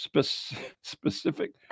specific